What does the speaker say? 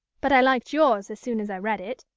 but i liked yours as soon as i read it,